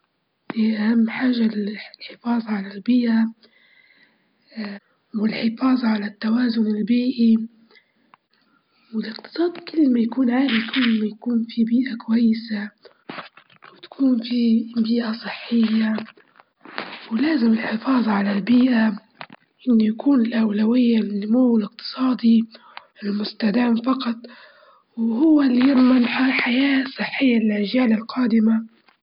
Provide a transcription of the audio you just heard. أفضل الأطعمة بفضل الأطعمة المالحة، خصوصًا إذا كانت تحتوي على توابل وبهارات بتعطي طعم غني وتناسب أوقات الطعام الرئيسية أكثر من الحلوة، وأحسن للحلوة بواجد وخصوصًا لو فيها بعض الصلصات الحارة.